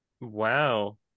Wow